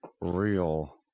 real